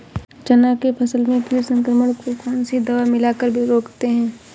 चना के फसल में कीट संक्रमण को कौन सी दवा मिला कर रोकते हैं?